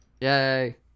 Yay